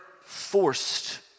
forced